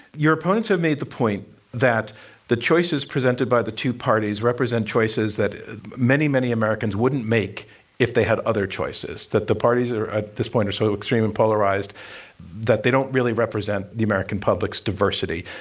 your opponents have made the point that the choices presented by the two parties represent choices that that many, many americans wouldn't make if they had other choices. that the parties are at this point are so extreme and polarized that that they don't really represent the american public's diversity.